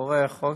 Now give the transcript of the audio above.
מאחורי החוק,